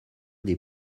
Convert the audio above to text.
des